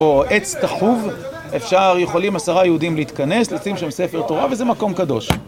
או עץ תחוב, אפשר, יכולים עשרה יהודים להתכנס, לשים שם ספר תורה וזה מקום קדוש.